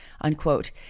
unquote